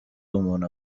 umuntu